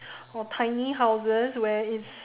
or tiny houses where it's